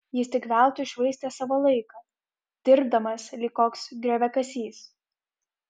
jis tik veltui švaistė savo laiką dirbdamas lyg koks grioviakasys